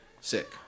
Sick